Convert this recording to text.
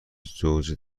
زوج